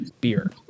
beer